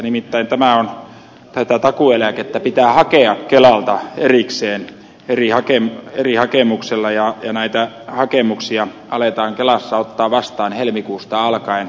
nimittäin tätä takuueläkettä pitää hakea kelalta erikseen eri hakemuksella ja näitä hakemuksia aletaan kelassa ottaa vastaan helmikuusta alkaen